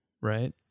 right